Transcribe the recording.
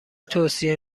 توصیه